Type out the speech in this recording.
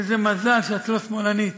איזה מזל שאת לא שמאלנית.